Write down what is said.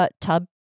tub